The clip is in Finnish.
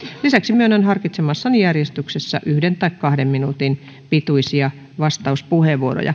lisäksi myönnän harkitsemassani järjestyksessä yksi tai kahden minuutin pituisia vastauspuheenvuoroja